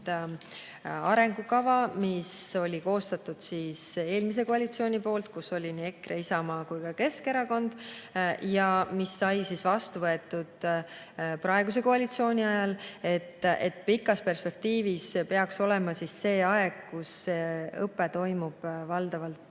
arengukava, mis oli koostatud eelmise koalitsiooni poolt, kus olid nii EKRE, Isamaa kui ka Keskerakond, ja mis sai vastu võetud praeguse koalitsiooni ajal, siis pikas perspektiivis peaks olema [nii], et õpe toimub valdavalt